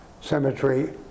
Cemetery